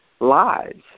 lives